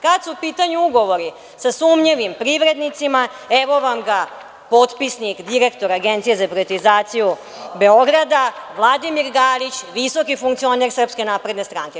Kada su u pitanju ugovori sa sumnjivim privrednicima, evo vam ga potpisnik direktor Agencije za privatizaciju Beograda, Vladimir Garić, visoki funkcioner SNS.